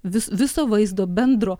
vis viso vaizdo bendro